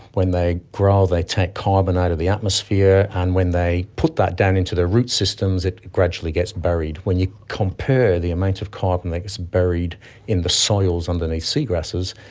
when they grow they take carbon out of the atmosphere and when they put that down into the root systems it gradually gets buried. when you compare the amount of carbon that gets buried in the soils underneath seagrasses,